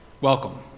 Welcome